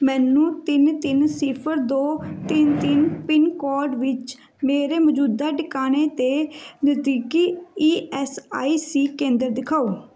ਮੈਨੂੰ ਤਿੰਨ ਤਿੰਨ ਸਿਫਰ ਦੋ ਤਿੰਨ ਤਿੰਨ ਪਿੰਨ ਕੋਡ ਵਿੱਚ ਮੇਰੇ ਮੌਜੂਦਾ ਟਿਕਾਣੇ 'ਤੇ ਨਜ਼ਦੀਕੀ ਈ ਐੱਸ ਆਈ ਸੀ ਕੇਂਦਰ ਦਿਖਾਓ